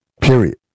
Period